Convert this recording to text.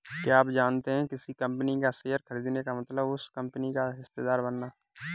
क्या आप जानते है किसी कंपनी का शेयर खरीदने का मतलब उस कंपनी का हिस्सेदार बनना?